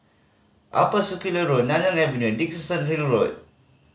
Upper Circular Road Nanyang Avenue Dickenson Hill Road